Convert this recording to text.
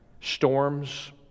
Storms